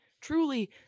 truly